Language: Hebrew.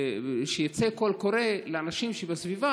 שיצא קול קורא לאנשים שבסביבה,